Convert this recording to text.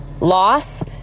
Loss